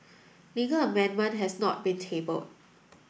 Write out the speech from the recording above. legal amendment has not been tabled